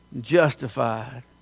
justified